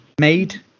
made